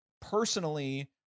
personally